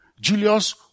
Julius